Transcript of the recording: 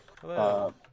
Hello